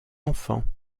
enfants